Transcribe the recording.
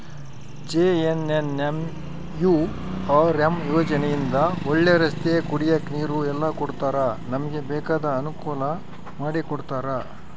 JNNURM ಯೋಜನೆ ಇಂದ ಒಳ್ಳೆ ರಸ್ತೆ ಕುಡಿಯಕ್ ನೀರು ಎಲ್ಲ ಕೊಡ್ತಾರ ನಮ್ಗೆ ಬೇಕಾದ ಅನುಕೂಲ ಮಾಡಿಕೊಡ್ತರ